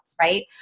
right